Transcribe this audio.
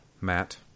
Matt